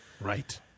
Right